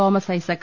Thomas Isaac